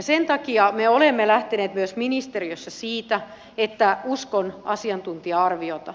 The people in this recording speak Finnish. sen takia me olemme lähteneet myös ministeriössä siitä että uskon asiantuntija arviota